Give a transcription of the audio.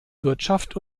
wirtschaft